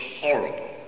horrible